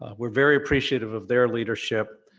ah we're very appreciative of their leadership.